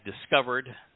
discovered